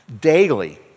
daily